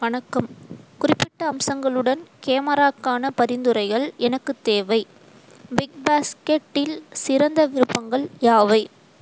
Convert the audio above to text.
வணக்கம் குறிப்பிட்ட அம்சங்களுடன் கேமராக்கான பரிந்துரைகள் எனக்கு தேவை பிக்பாஸ்கெட்டில் சிறந்த விருப்பங்கள் யாவை